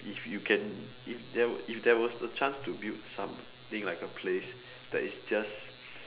if you can if there if there was a chance to build something like a place that is just